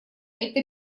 это